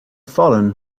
fallen